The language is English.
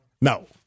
No